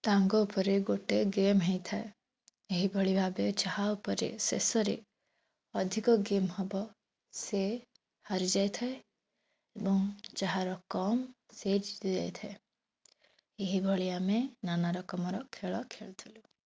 ତାଙ୍କ ଉପରେ ଗୋଟେ ଗେମ୍ ହୋଇଥାଏ ଏହିଭଳି ଭାବରେ ଯାହା ଉପରେ ଶେଷରେ ଅଧିକ ଗେମ୍ ହେବ ସେ ହାରି ଯାଇଥାଏ ଏବଂ ଯାହାର କମ୍ ସେ ଜିତି ଯାଇଥାଏ ଏଇଭଳି ଆମେ ନାନା ରକମର ଖେଳ ଖେଳ ଖେଳୁଥିଲୁ